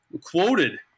quoted